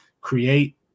create